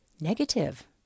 negative